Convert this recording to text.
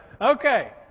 Okay